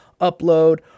upload